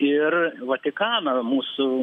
ir vatikano mūsų